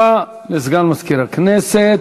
תודה לסגן מזכירת הכנסת.